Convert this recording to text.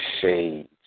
shades